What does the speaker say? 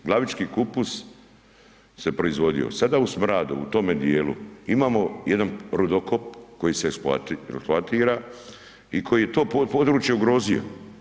Glavički kupus se proizvodio, sada u smradu u tome dijelu imamo jedan rudokop koji se eksploatira i koji je to područje ugrozio.